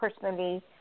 personally